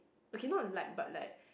okay not like but like